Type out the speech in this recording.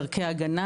דרכי הגנה.